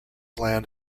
land